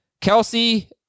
Kelsey